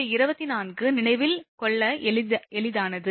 இந்த 24 நினைவில் கொள்ள எளிதானது